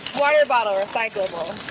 water bottle recyclable.